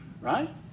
right